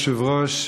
כבוד היושב-ראש,